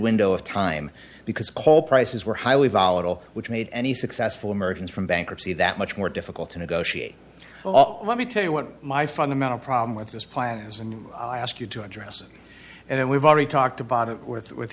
window of time because coal prices were highly volatile which made any successful emergence from bankruptcy that much more difficult to negotiate let me tell you what my fundamental problem with this plan is and i ask you to address and we've already talked about it w